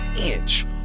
inch